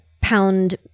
pound